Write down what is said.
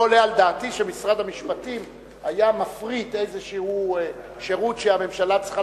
לא עולה על דעתי שמשרד המשפטים היה מפריט איזה שירות שהממשלה צריכה